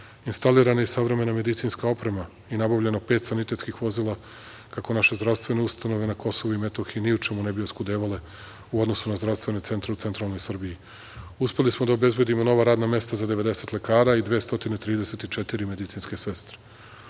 Instalirana je savremena medicinska oprema i nabavljeno pet sanitetskih vozila kako naše zdravstvene ustanove na Kosovu i Metohiji ne bi oskudevale u odnosu na zdravstvene centre u centralnoj Srbiji. Uspeli smo da obezbedimo nova radna mesta za 90 lekara i 234 medicinske sestre.